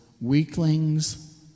weaklings